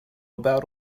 about